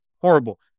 horrible